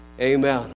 amen